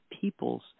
peoples